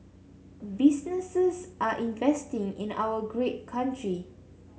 businesses are investing in our great country